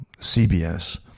CBS